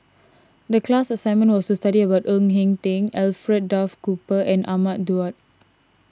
the class assignment was to study about Ng Eng Teng Alfred Duff Cooper and Ahmad Daud